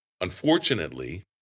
Unfortunately